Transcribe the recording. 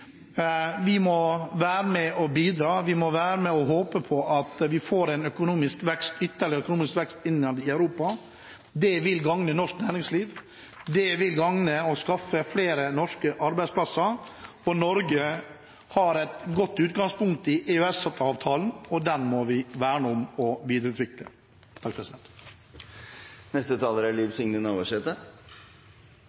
Vi må være med og bidra, vi må håpe at vi får til en ytterligere økonomisk vekst innad i Europa. Det vil gagne norsk næringsliv – det vil gagne oss og skaffe flere norske arbeidsplasser. Norge har et godt utgangspunkt i EØS-avtalen, og den må vi verne om og videreutvikle. I ei innhaldsrik utgreiing om EU- og EØS-saker frå regjeringa er